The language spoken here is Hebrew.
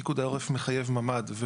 פיקוד העורף מחייב ממ"ד,